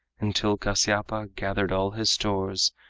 until kasyapa gathered all his stores,